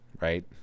right